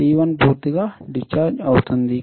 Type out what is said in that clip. C1 పూర్తిగా discharge అవుతుంది